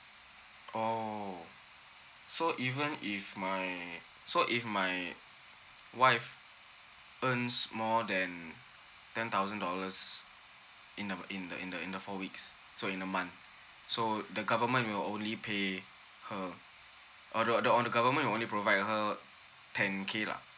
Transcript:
oh so even if my so if my wife earns more than ten thousand dollars in a in a in the four weeks so in a month so the government will only pay her or the or the or the government only provide her ten K lah